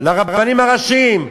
לרבנים הראשיים,